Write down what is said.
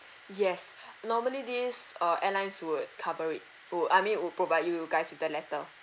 yes normally these uh airlines would cover it wou~ I mean would provide you guys with the letter